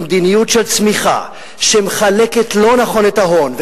ממדיניות של צמיחה שמחלקת לא נכון את ההון.